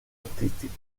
artístico